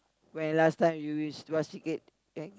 when last time you is basket and